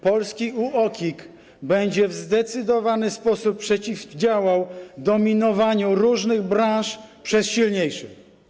Polski UOKiK będzie w zdecydowany sposób przeciwdziałał dominowaniu różnych branż przez silniejszych.